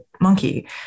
monkey